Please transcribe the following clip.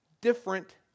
different